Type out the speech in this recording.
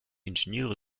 ingenieure